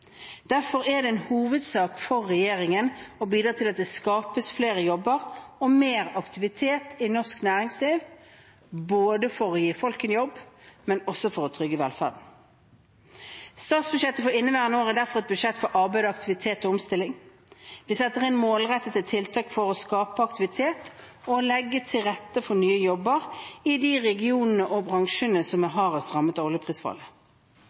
Derfor er det en hovedsak for regjeringen å bidra til at det skapes flere jobber og mer aktivitet i norsk næringsliv for å gi folk en jobb og også for å trygge velferden. Statsbudsjettet for inneværende år er derfor et budsjett for arbeid, aktivitet og omstilling. Vi setter inn målrettede tiltak for å skape aktivitet og legge til rette for nye jobber i de regionene og bransjene som er hardest rammet av oljeprisfallet.